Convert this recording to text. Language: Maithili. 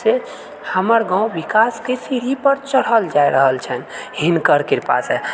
से हमर गाँव विकासके सीढ़ी पर चढ़ल जै रहल छनि हिनकर कृपासँ